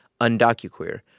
UndocuQueer